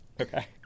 Okay